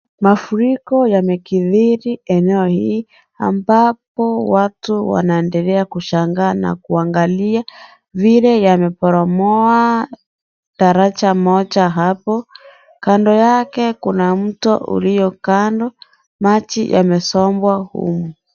Mafuriko yamekithiri eneo hii ambapo watu wanaendelea kushangaa na kuangalia vile yamebomoa daraja moja hapo, kando yake kuna mto ulio kando maji yamezombwa huu